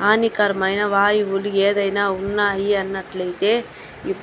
హానికరమైన వాయువులు ఏదైనా ఉన్నాయి అన్నట్లయితే ఇ